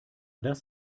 das